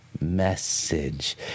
message